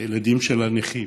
הילדים של הנכים,